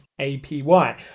APY